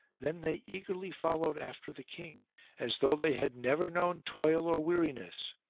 then they eagerly followed after the king as though they had never known toil or weariness.